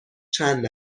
چند